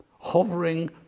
hovering